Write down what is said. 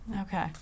Okay